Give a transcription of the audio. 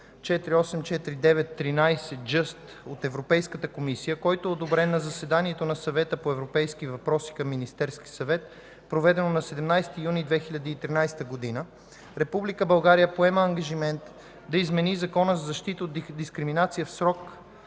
поема ангажимент да измени Закона за защита от дискриминация в срок